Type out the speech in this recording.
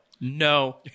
no